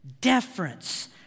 deference